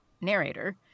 narrator